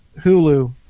Hulu